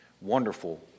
Wonderful